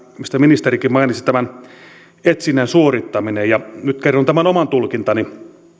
mistä ministerikin mainitsi etsinnän suorittamisen nyt kerron oman tulkintani